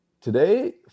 Today